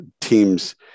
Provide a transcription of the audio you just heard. teams